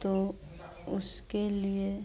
तो उसके लिए